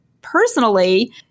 personally